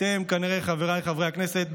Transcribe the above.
חבריי חברי הכנסת,